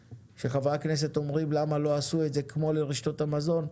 שחברי הכנסת אומרים למה לא עשו את זה כמו לרשתות המזון,